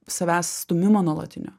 savęs stūmimo nuolatinio